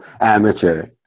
amateur